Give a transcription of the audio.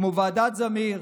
כמו ועדת זמיר,